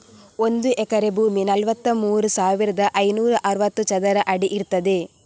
ಒಂದು ಎಕರೆ ಭೂಮಿ ನಲವತ್ತಮೂರು ಸಾವಿರದ ಐನೂರ ಅರವತ್ತು ಚದರ ಅಡಿ ಇರ್ತದೆ